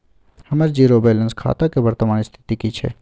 हमर zero balance खाता के वर्तमान स्थिति की छै?